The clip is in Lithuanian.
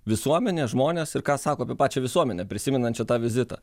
visuomenė žmonės ir ką sako apie pačią visuomenę prisimenančią tą vizitą